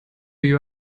you